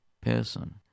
person